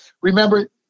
remember